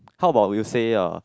how about we'll say uh